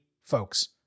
folks